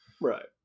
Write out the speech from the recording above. Right